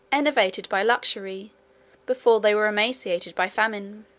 enervated by luxury before they were emaciated by famine.